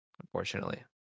unfortunately